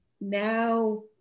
Now